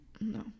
No